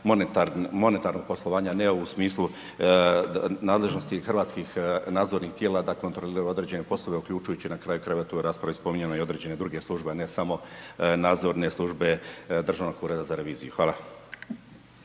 monetarnog poslovanja, ne u smislu nadležnosti hrvatskih nadzornih tijela da kontroliraju određene poslove, uključujući na kraju krajeva, tu je u raspravi spominjano i određene druge službe, a ne samo nadzorne službe Državnog ureda za reviziju. Hvala.